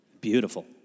Beautiful